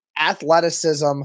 athleticism